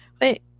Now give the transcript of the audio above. Wait